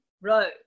row